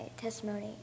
testimony